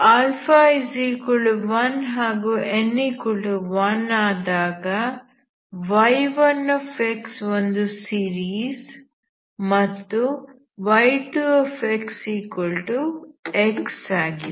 α1 ಹಾಗೂ n1 ಆದಾಗ y1xಒಂದು ಸೀರೀಸ್ ಮತ್ತು y2xx ಆಗಿದೆ